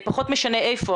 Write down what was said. פחות משנה איפה,